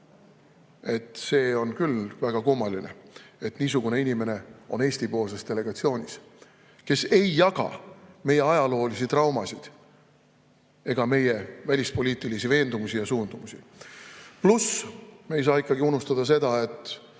et see on küll väga kummaline, et niisugune inimene on Eesti delegatsioonis, kes ei jaga meie ajaloolisi traumasid ega meie välispoliitilisi veendumusi ja suundumusi. Pluss me ei saa unustada seda, et